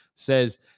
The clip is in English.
says